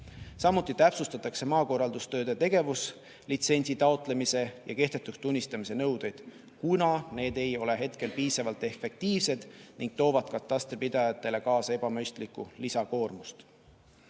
Täpsustatakse ka maakorraldustööde tegevuslitsentsi taotlemise ja kehtetuks tunnistamise nõudeid, kuna need ei ole hetkel piisavalt efektiivsed ning toovad katastripidajatele kaasa ebamõistlikku lisakoormust.